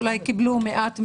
אולי קיבלו מעט מאוד,